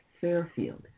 Fairfield